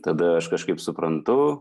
tada aš kažkaip suprantu